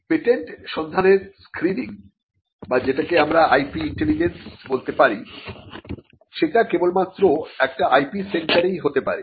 patent সন্ধানের screening বা যেটাকে আমরা IP ইন্টেলিজেন্স বলতে পারি সেটি কেবলমাত্র একটি IP সেন্টারেই হতে পারে